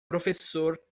professor